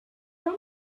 from